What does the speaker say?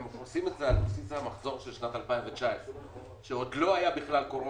הם עושים את זה על בסיס המחזור של שנת 2019 כשעוד לא הייתה קורונה.